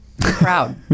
Proud